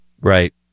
Right